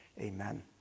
amen